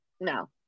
no